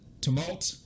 tumult